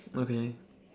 okay